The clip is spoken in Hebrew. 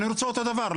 אני רוצה אותו דבר.